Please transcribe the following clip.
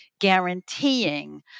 guaranteeing